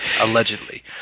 allegedly